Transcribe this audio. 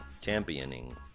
championing